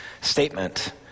statement